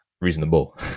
reasonable